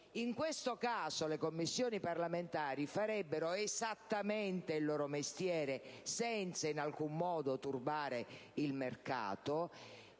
In questo caso, le Commissioni parlamentari farebbero soltanto il proprio mestiere, senza in alcun modo turbare il mercato,